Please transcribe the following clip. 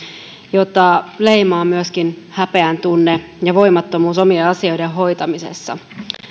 jota leimaa myöskin häpeäntunne ja voimattomuus omien asioiden hoitamisessa